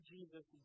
Jesus